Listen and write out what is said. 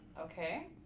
Okay